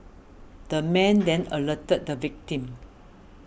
the man then alerted the victim